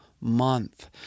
month